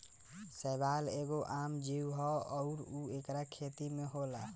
शैवाल एगो आम जीव ह अउर एकर खेती पानी में होला